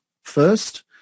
first